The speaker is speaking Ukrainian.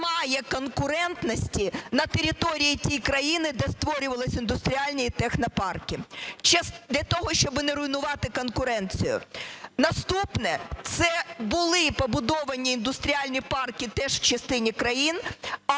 Наступне. Це були побудовані індустріальні парки теж в частині країн,